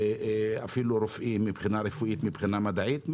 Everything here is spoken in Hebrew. תשתפו אפילו רופאים מבחינה רפואית ומדעית.